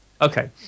Okay